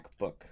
MacBook